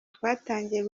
twatangiye